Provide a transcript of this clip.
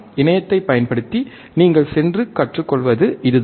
இணையத்தைப் பயன்படுத்தி நீங்கள் சென்று கற்றுக்கொள்வது இதுதான்